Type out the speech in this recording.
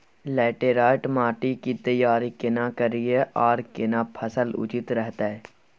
Laterite माटी की तैयारी केना करिए आर केना फसल उचित रहते?